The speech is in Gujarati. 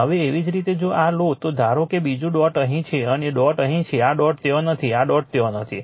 હવે એવી જ રીતે જો આ લો તો ધારો કે બીજું ડોટ અહીં છે અને ડોટ અહીં છે આ ડોટ ત્યાં નથી આ ડોટ ત્યાં નથી